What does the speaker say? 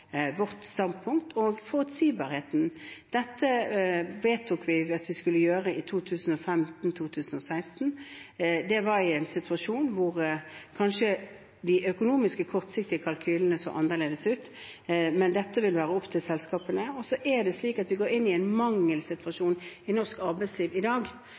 vårt standpunkt – og forutsigbarheten. Dette vedtok vi at vi skulle gjøre i 2015–2016. Det var i en situasjon hvor de kortsiktige økonomiske kalkylene kanskje så annerledes ut, men dette vil være opp til selskapene. Så er det slik at vi går inn i en situasjon i norsk arbeidsliv i dag